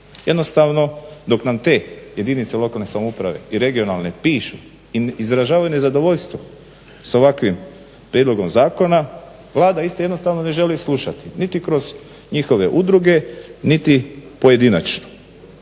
jednostavno dok nam te jedinice lokalne samouprave i regionalne pišu, izražavaju nezadovoljstvo s ovakvim prijedlogom zakona. Vlada ih jednostavno ne želi slušati, niti kroz njihove udruge, nit pojedinačno.